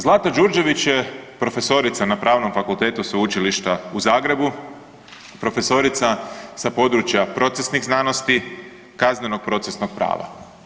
Zlata Đurđević je profesorica na Pravnom fakultetu Sveučilišta u Zagrebu, profesorica sa područja procesnih znanosti, kaznenog procesnog prava.